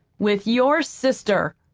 with your sister,